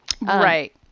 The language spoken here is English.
Right